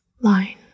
line